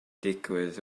digwydd